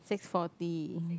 six forty